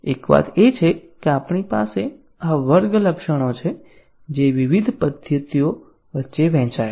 એક વાત એ છે કે આપણી પાસે આ વર્ગ લક્ષણો છે જે વિવિધ પદ્ધતિઓ વચ્ચે વહેંચાયેલા છે